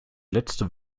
letzte